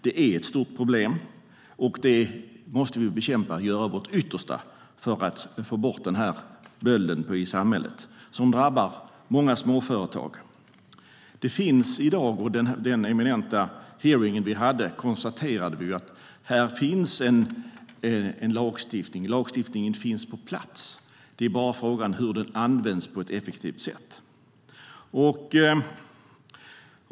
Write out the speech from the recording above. Det är ett stort problem, och vi måste bekämpa det och göra vårt yttersta för att få bort den här bölden i samhället som drabbar många småföretag. På den eminenta hearing vi hade konstaterade vi att här finns en lagstiftning på plats. Frågan är bara hur den ska användas på ett effektivt sätt.